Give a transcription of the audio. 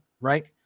right